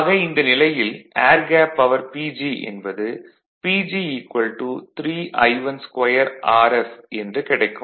ஆக இந்த நிலையில் ஏர் கேப் பவர் PG என்பது PG 32 rf என்று கிடைக்கும்